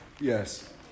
Yes